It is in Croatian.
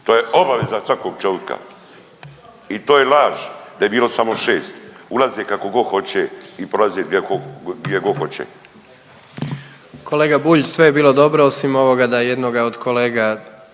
to je obaveza svakog čovjeka. I to je laž da je bilo samo šest, ulaze kako god hoće i prolaze gdje god hoće.